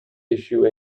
issue